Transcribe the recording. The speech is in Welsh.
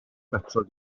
betrol